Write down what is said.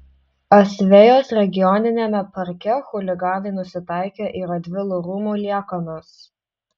asvejos regioniniame parke chuliganai nusitaikė į radvilų rūmų liekanas